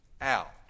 out